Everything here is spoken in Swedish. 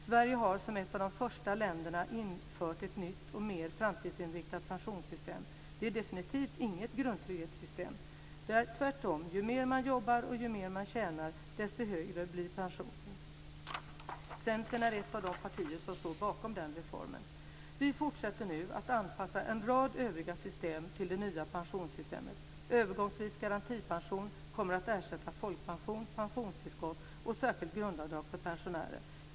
Sverige har som ett av de första länderna infört ett nytt och mer framtidsinriktat pensionssystem. Det är definitivt inget grundtrygghetssystem. Tvärtom, ju mer man jobbar och ju mer man tjänar, desto högre blir pensionen. Centern är ett av de partier som står bakom den reformen. Vi fortsätter nu att anpassa en rad andra system till det nya pensionssystemet. Övergångsvis garantipension kommer att ersätta folkpension, pensionstillskott och särskilt grundavdrag för pensionärer.